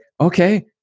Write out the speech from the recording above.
okay